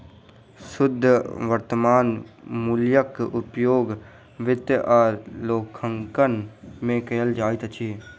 शुद्ध वर्त्तमान मूल्यक उपयोग वित्त आ लेखांकन में कयल जाइत अछि